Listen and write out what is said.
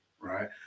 right